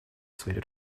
сфере